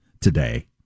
today